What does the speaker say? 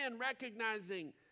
recognizing